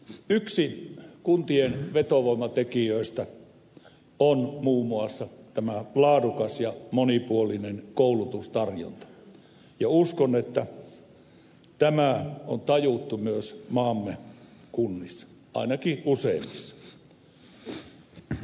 yksi kuntien vetovoimatekijöistä on muun muassa laadukas ja monipuolinen koulutustarjonta ja uskon että tämä on tajuttu myös maamme kunnissa ainakin useimmissa